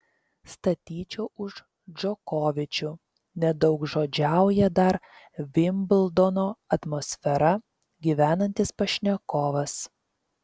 statyčiau už džokovičių nedaugžodžiauja dar vimbldono atmosfera gyvenantis pašnekovas